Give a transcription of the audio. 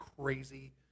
crazy